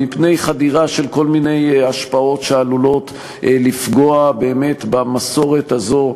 מפני חדירה של כל מיני השפעות שעלולות לפגוע באמת במסורת הזאת,